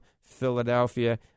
Philadelphia